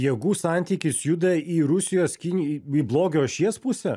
jėgų santykis juda į rusijos kiniją į blogio ašies pusę